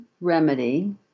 remedy